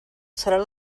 seran